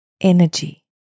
energy